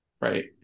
right